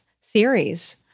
series